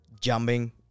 jumping